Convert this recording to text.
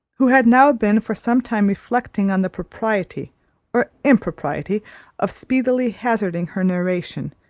who had now been for some time reflecting on the propriety or impropriety of speedily hazarding her narration,